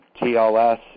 TLS